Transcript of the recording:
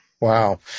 Wow